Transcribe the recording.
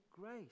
grace